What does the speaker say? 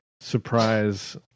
surprise